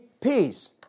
peace